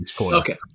Okay